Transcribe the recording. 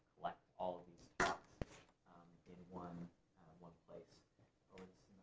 collect all of these thoughts in one one place over